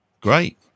great